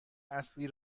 اصلی